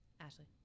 Ashley